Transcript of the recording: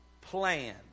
plan